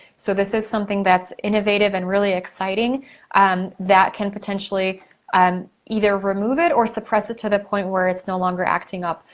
so, this is something that's innovative and really exciting um that can potentially um either remove it or suppress it to the point where it's no longer acting up.